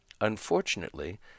Unfortunately